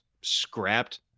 scrapped